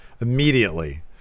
Immediately